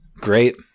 great